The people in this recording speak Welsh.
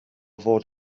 fod